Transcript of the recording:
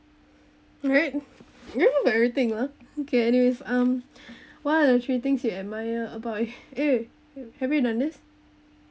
right you remember everything lah okay anyways um what're the three things you admire about eh have we done this